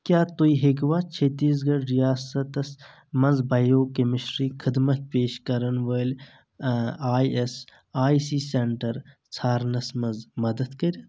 کیٛاہ تُہۍ ہیٚکوا چھتیٖس گَڑ رِیاستس مَنٛز بیو کیٚمِسٹرٛی خدمت پیش کرن وٲلۍ I S I C centre ژھارنَس مَنٛز مدد کٔرِتھ